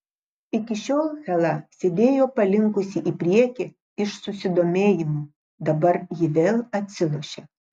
iki šiol hela sėdėjo palinkusi į priekį iš susidomėjimo dabar ji vėl atsilošė